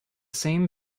same